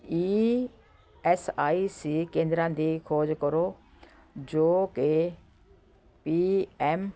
E S I C ਕੇਂਦਰਾਂ ਦੀ ਖੋਜ ਕਰੋ ਜੋ ਕਿ ਪੀ ਐੱਮ